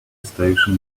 station